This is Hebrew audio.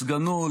סגנו,